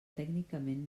tècnicament